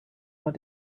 want